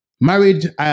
married